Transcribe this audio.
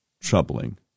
troubling